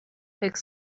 pick